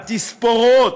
התספורות,